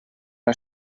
una